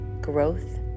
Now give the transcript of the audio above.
growth